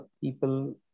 people